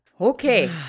Okay